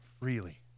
freely